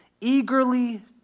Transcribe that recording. eagerly